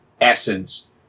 essence